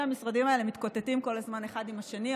המשרדים האלה מתקוטטים כל הזמן אחד עם השני.